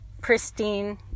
pristine